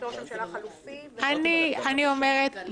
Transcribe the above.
רק לראש הממשלה החלופי וליו"ר סיעת האופוזיציה הגדולה.